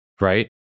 right